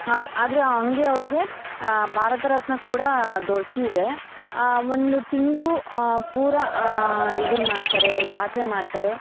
ಆ ಆದರೆ ಹಂಗೆ ಅವ್ರಿಗೆ ಭಾರತ ರತ್ನ ಕೂಡ ದೊರಕಿದೆ ಒಂದು ತಿಂಗಳು ಪೂರಾ ಇದನ್ನು ಮಾಡ್ತಾರೆ ಜಾತ್ರೆ ಮಾಡ್ತಾರೆ